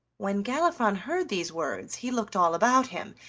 when galifron heard these words he looked all about him,